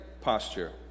posture